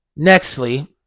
Nextly